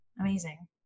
amazing